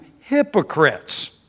hypocrites